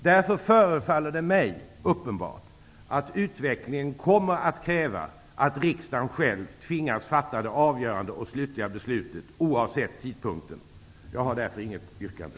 Därför förefaller det mig uppenbart att utvecklingen kommer att kräva att riksdagen själv tvingas fatta det avgörande och slutliga beslutet oavsett tidpunkten. Jag har därför inget yrkande.